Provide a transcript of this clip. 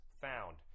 found